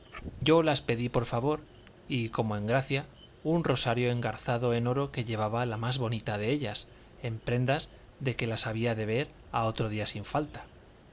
yo las pedí por favor y como en gracia un rosario engazado en oro que llevaba la más bonita de ellas en prendas de que las había de ver a otro día sin falta